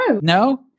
no